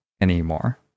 anymore